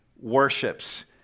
worships